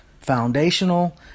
foundational